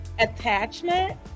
Attachment